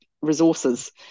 resources